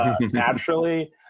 naturally